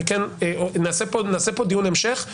נעשה פה דיון המשך.